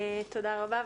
תודה רבה.